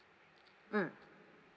mm